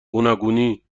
گوناگونی